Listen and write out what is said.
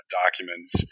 documents